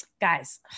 guys